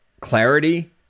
clarity